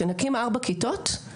שנקים ארבע כיתות?',